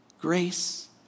grace